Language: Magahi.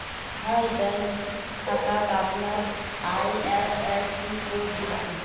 हर बैंक खातात अपनार आई.एफ.एस.सी कोड दि छे